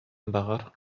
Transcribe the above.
баҕар